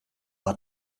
hat